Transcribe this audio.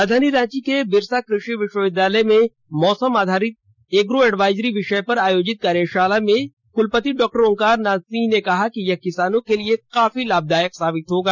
राजधानी रांची के बिरसा कृषि विश्वविद्यालय में मौसम आधारित एग्रो एडवाइजरी विषय पर आयोजित कार्यशाला में कुलपति डॉ ओंकारनाथ सिंह ने कहा कि यह किसानों के लिए काफी लाभदायक साबित होगा